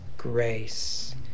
Grace